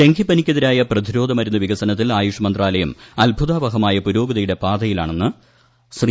ഡെങ്കിപ്പനിക്കെതിരായ പ്രതിരോധ് മരുന്ന് വികസനത്തിൽ ആയുഷ് മന്ത്രാലയം അത്ഭുതാവഹമായ പുരോഗതിയുടെ പാതയിലാണെന്ന് ശ്രീ